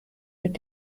mit